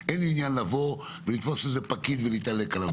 אין לי עניין לתפוס איזה פקיד ולהתעלק עליו,